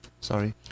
Sorry